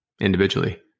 individually